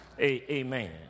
amen